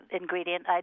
ingredient